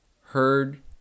heard